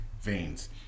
veins